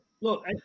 look